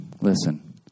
listen